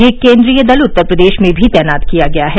यह केन्द्रीय दल उत्तर प्रदेश में भी तैनात किया गया है